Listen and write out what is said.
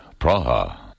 Praha